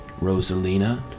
Rosalina